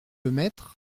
lemaître